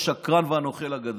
השקרן והנוכל הגדול.